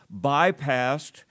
bypassed